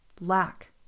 lack